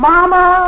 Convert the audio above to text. Mama